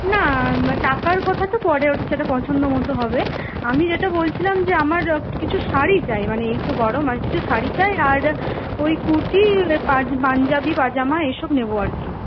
না টাকার কথা তো পরে উঠছে যেটা পছন্দ মতো হবে আমি যেটা বলছিলাম যে আমার কিছু শাড়ি চাই মানে এই তো গরম আর কিছু শাড়ি চাই আর ওই কুর্তি পাঞ্জাবি পাজামা এসব নেব আর কি